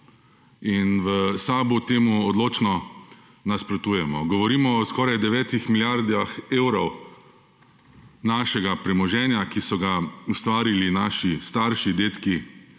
V SAB temu odločno nasprotujemo. Govorimo o skoraj 9 milijardah evrov našega premoženja, ki so ga ustvarili naši starši, dedki,